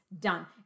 done